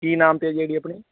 ਕੀ ਨਾਮ 'ਤੇ ਜੀ ਆਪਣੇ